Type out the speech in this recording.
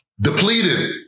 depleted